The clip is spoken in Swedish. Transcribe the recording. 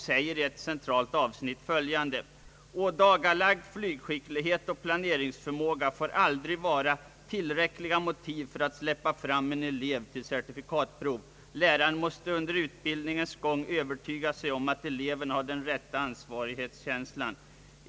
I ett centralt avsnitt framhåller de följande: »Ådagalagd flygskicklighet och planeringsförmåga får aldrig vara tillräckliga motiv för att släppa fram en elev till certifikatprov. Läraren måste under utbildningens gång övertyga sig om att eleven har den rätta ansvarskänslan.